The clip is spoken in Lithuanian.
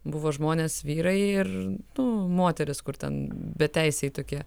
buvo žmonės vyrai ir moterys kur ten beteisiai tokie